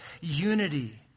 unity